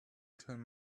turn